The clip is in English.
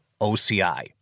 OCI